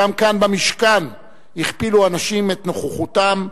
וגם כאן במשכן הכפילו הנשים את נוכחותן,